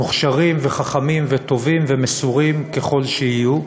מוכשרים וחכמים וטובים ומסורים ככל שיהיו,